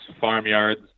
farmyards